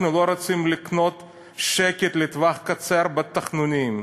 אנחנו לא רוצים לקנות שקט לטווח קצר בתחנונים.